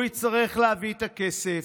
הוא יצטרך להביא את הכסף,